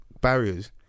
barriers